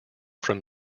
from